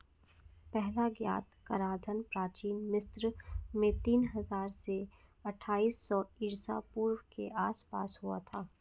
पहला ज्ञात कराधान प्राचीन मिस्र में तीन हजार से अट्ठाईस सौ ईसा पूर्व के आसपास हुआ था